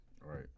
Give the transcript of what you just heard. right